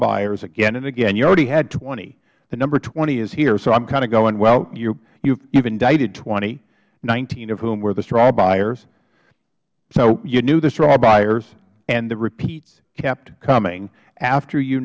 buyers again and again you already had twenty the number twenty is here so i'm kind of going well you've indicted twenty nineteen of whom were the straw buyers so you knew the straw buyers and the repeats kept coming after you